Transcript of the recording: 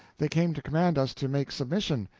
they came to command us to make submission.